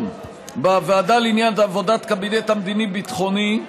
בוועדה לעניין עבודת הקבינט המדיני-ביטחוני,